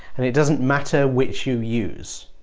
and it doesn't matter which you use.